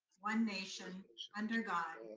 one nation under god,